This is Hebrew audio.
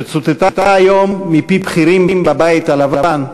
שצוטטה היום מפי בכירים בבית הלבן,